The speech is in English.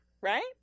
right